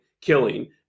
killing